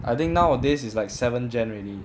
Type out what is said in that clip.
I think nowadays is like seventh gen already